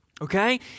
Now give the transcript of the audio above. Okay